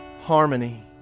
harmony